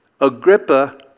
Agrippa